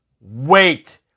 wait